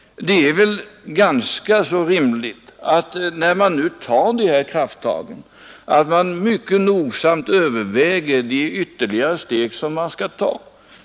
Det är väl ganska rimligt att man, när man nu tar de här krafttagen, mycket noga överväger de ytterligare steg som man skall ta.